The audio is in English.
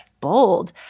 bold